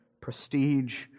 prestige